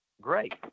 Great